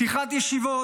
ופתיחת ישיבות,